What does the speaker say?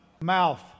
mouth